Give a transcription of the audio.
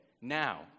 now